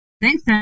Thanks